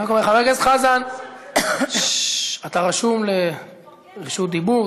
חבר הכנסת חזן, אתה רשום לרשות דיבור.